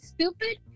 stupid